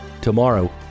tomorrow